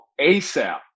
ASAP